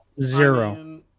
zero